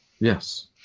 Yes